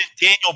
Daniel